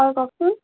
হয় কওকচোন